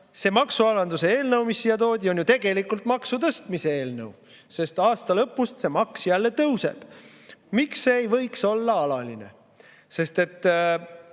see maksualanduse eelnõu, mis siia toodi, on tegelikult maksutõstmise eelnõu, sest aasta lõpust see maks jälle tõuseb. Miks see ei võiks olla alaline? Vist ei